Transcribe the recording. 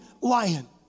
lion